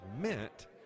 meant